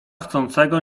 chcącego